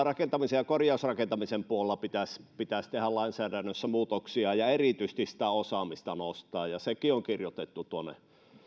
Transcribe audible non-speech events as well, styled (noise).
(unintelligible) rakentamisen ja korjausrakentamisen puolella pitäisi pitäisi tehdä lainsäädännössä muutoksia ja erityisesti sitä osaamista nostaa sekin on kirjoitettu tuonne